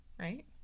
Right